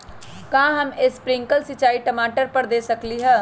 का हम स्प्रिंकल सिंचाई टमाटर पर दे सकली ह?